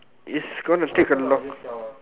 is gonna take a long